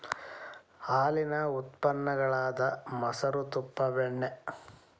ಹಾಲೇನ ಉತ್ಪನ್ನ ಗಳಾದ ಮೊಸರು, ತುಪ್ಪಾ, ಬೆಣ್ಣಿ